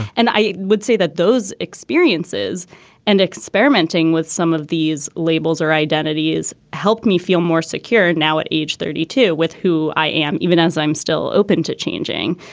and i would say that those experiences and experimenting with some of these labels or identities helped me feel more secure. and now, at age thirty two with who i am, even as i'm still open to changing,